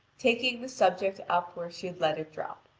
taking the subject up where she let it drop.